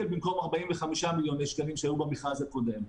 במקום 45 מיליוני שקלים שהיו במכרז הקודם.